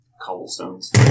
cobblestones